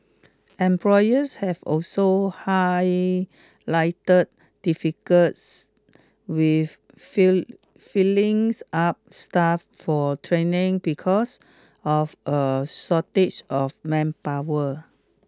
employers have also highlighted difficulties with freeings up staff for training because of a shortage of manpower